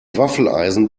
waffeleisen